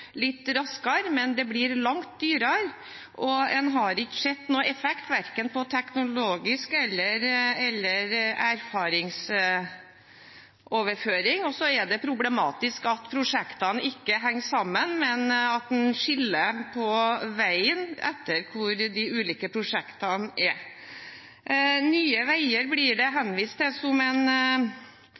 litt raskere, men det blir langt dyrere, og en har ikke sett noen effekt verken på det teknologiske eller på erfaringsoverføring. Det er også problematisk at prosjektene ikke henger sammen, men at en skiller på veien etter hvor de ulike prosjektene er. Det blir henvist til Nye Veier, at de viser til